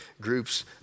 groups